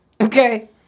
Okay